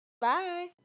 Bye